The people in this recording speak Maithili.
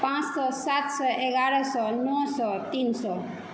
पाँच सए सात सए ग्यारह सए नओ सए तीन सए